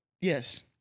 Yes